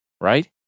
right